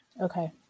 Okay